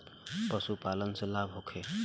पशु पालन से लाभ होखे?